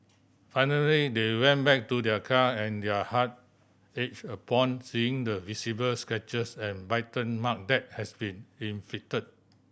finally they went back to their car and their heart ached upon seeing the visible scratches and bite mark that had been inflicted